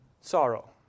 Sorrow